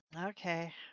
okay